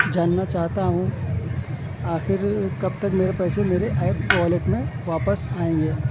جاننا چاہتا ہوں آخر کب تک میرے پیسے میرے ایپ والیٹ میں واپس آئیں گے